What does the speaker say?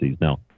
Now